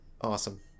Awesome